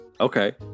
Okay